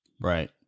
Right